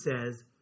says